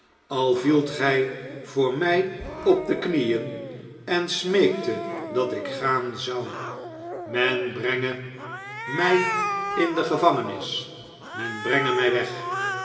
al vielt gij voor mij op de knieën en smeektet dat ik gaan zou men brenge mij in de gevangenis men brenge mij weg